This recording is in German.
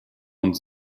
und